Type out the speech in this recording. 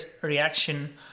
reaction